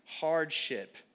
hardship